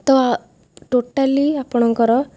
ତ ଟୋଟାଲି ଆପଣଙ୍କର